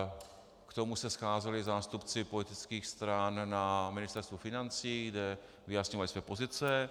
K tomu se scházeli zástupci politických stran na Ministerstvu financí, kde vyjasňovali své pozice.